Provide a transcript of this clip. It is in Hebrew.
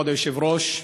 כבוד היושב-ראש,